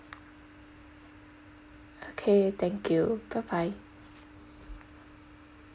okay thank you bye bye